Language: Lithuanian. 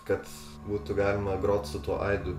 kad būtų galima grot su tuo aidu